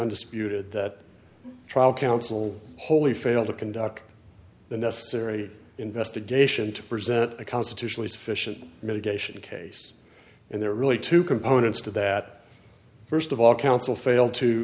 undisputed that trial counsel wholly failed to conduct the necessary investigation to present a constitutionally sufficient mitigation case and there are really two components to that st of all counsel failed to